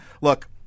Look